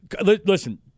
Listen